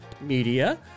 media